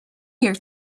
year